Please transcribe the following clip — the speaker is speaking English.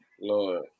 Lord